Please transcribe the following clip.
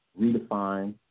redefine